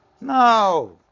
No